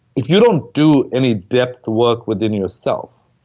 if you don't do any depth work within yourself.